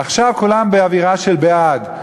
עכשיו כולם באווירה של בעד.